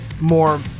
more